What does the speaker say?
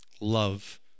love